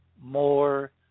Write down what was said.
more